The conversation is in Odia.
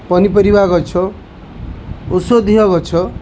ପନିପରିବା ଗଛ ଔଷଧୀୟ ଗଛ